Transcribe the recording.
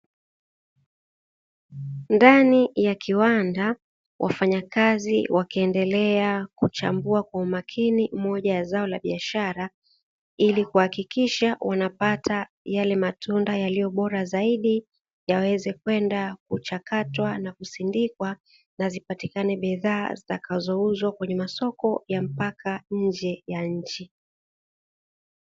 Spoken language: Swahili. Ndani ya kiwanda wafanyakazi wakiendelea kuchambua kwa umakini moja ya zao la biashara ili kuhakikisha wanapata yale matunda yaliyobora zaidi yaweze kwenda kuchakatwa na kusindikwa na zipatikane bidhaa zitakazouzwa kwenye masoko ya mpaka nje ya nchi.